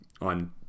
on